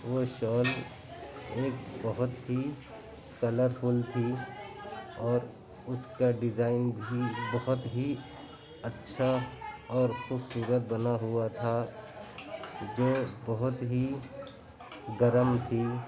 وہ شال ایک بہت ہی کلرفل تھی اور اُس کا ڈیزائن بھی بہت ہی اچھا اور خوبصورت بنا ہُوا تھا جو بہت ہی گرم تھی